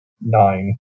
Nine